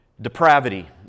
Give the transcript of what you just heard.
depravity